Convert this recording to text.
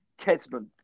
Kesman